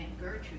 Gertrude